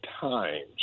times